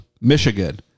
Michigan